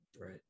Right